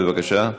בבקשה.